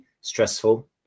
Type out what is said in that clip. stressful